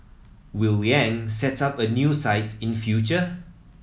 Will Yang set up a new site in future